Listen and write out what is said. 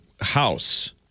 house